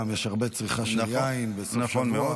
יש הרבה צריכה של יין בסוף שבוע.